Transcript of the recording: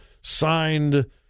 signed